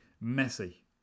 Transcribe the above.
messy